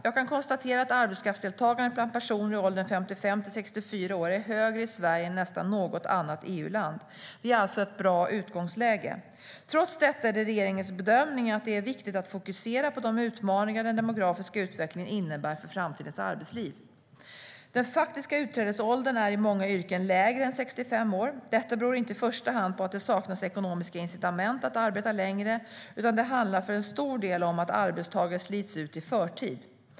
Jag kan konstatera att arbetskraftsdeltagandet bland personer i åldern 55-64 år är högre i Sverige än i nästan något annat EU-land. Vi har alltså ett bra utgångsläge. Trots detta är det regeringens bedömning att det är viktigt att fokusera på de utmaningar den demografiska utvecklingen innebär för framtidens arbetsliv. Den faktiska utträdesåldern är i många yrken lägre än 65 år. Detta beror inte i första hand på att det saknas ekonomiska incitament att arbeta längre, utan det handlar för en stor del om att arbetstagare slits ut i förtid.